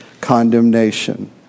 condemnation